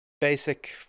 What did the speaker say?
basic